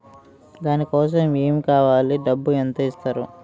దాని కోసం ఎమ్ కావాలి డబ్బు ఎంత ఇస్తారు?